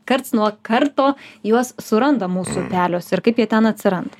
karts nuo karto juos suranda mūsų upeliuose ir kaip jie ten atsiranda